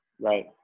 right